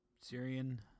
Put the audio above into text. Syrian